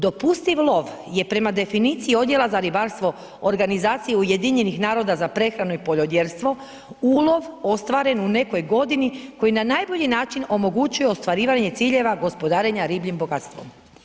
Dopustiv lov je prema definiciji odjela za ribarstvo organizacija UN-a za prehranu i poljodjelstvo ulov ostvaren u nekoj godini koji na najbolji način omogućuje ostvarivanje ciljeva gospodarenja ribljim bogatstvom.